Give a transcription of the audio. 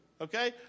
Okay